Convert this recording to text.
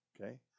Okay